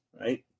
right